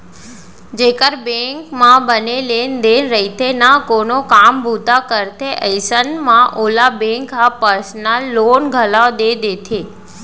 जेकर बेंक म बने लेन देन रइथे ना कोनो काम बूता करथे अइसन म ओला बेंक ह पर्सनल लोन घलौ दे देथे